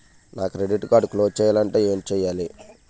నా credit card close చేయాలంటే ఏంటి చేయాలి?